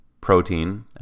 protein